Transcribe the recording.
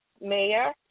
Mayor